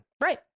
Right